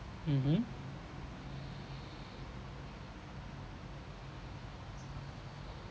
mmhmm